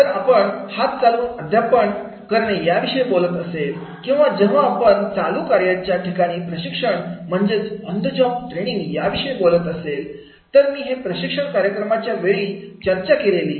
जर आपण हात चालवून अध्यापक पण करणे याविषयी बोलत असेल तर किंवा जेव्हा आपण चालू कार्याच्या ठिकाणी प्रशिक्षण म्हणजेच ऑन द जॉब ट्रेनिंग याविषयी बोलत असेल तर हे मी प्रशिक्षण कार्यक्रमाच्या प्रकारांच्या वेळी चर्चा केलेले